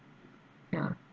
ya